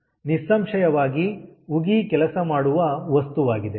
ನಿಸ್ಸಂಶಯವಾಗಿ ಉಗಿ ಕೆಲಸ ಮಾಡುವ ವಸ್ತುವಾಗಿದೆ